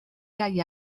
hay